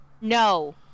No